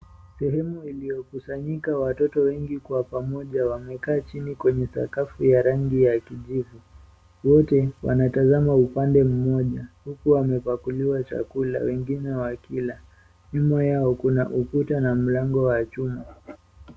Sehemu iliyokusanyika watoto wengi kwa pamoja, wamekaa chini kwenye sakafu ya rangi ya kijivu. Wote wanatazama upande mmoja, huku wamepakuliwa chakula. Wengine wakila. Nyuma yao kuna ukuta na mlango wa chuma.